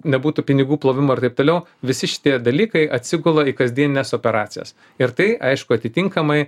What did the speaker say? nebūtų pinigų plovimo ir taip toliau visi šitie dalykai atsigula į kasdienines operacijas ir tai aišku atitinkamai